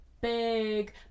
big